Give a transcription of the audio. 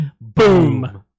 Boom